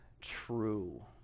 true